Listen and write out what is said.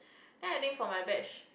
then I think for my batch